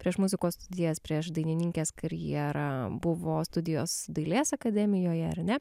prieš muzikos studijas prieš dainininkės karjerą buvo studijos dailės akademijoje ar ne